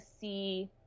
see